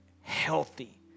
healthy